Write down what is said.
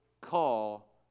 call